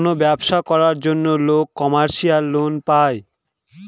কোনো ব্যবসা করার জন্য লোক কমার্শিয়াল লোন পায়